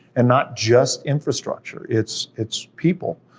and not just infrastructure, it's it's people.